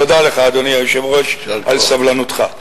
אדוני היושב-ראש, תודה לך על סבלנותך.